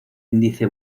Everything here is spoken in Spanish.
índice